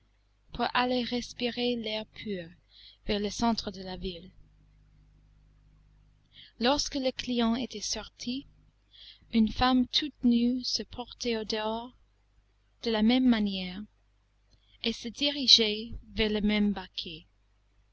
aller respirer l'air pur vers le centre de la ville lorsque le client était sorti une femme toute nue se portait au dehors de la même manière et se dirigeait vers le même baquet